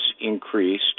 increased